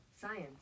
science